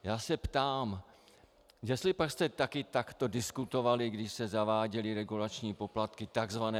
Já se ptám: Jestlipak jste také takto diskutovali, když se zaváděly regulační poplatky, takzvané?